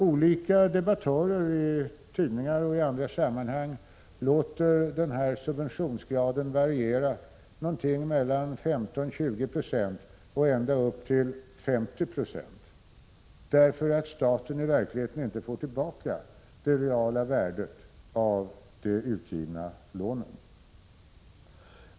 Olika debattörer i tidningar och i andra sammanhang låter den här subventionsgraden variera — det kan röra sig om någonting mellan 15-20 96 och så mycket som 50 96 —, därför att staten i verkligheten inte får tillbaka vad som motsvarar det reala värdet av de utgivna lånen.